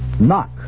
Knock